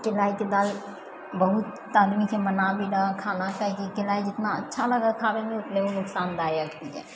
केलायके दालि बहुत आदमीके मना भी रहै है खाना किया की केलायके दालि जितना अच्छा लगै है खाबऽमे उतने ओ नुकसानदायक भी है